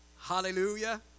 Hallelujah